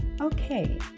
Okay